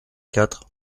quatre